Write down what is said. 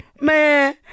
Man